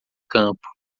campo